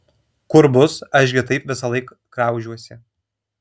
kur bus aš gi taip visąlaik graužiuosi